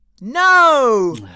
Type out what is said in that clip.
No